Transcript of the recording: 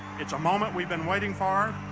it's a moment we've been waiting for.